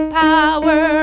power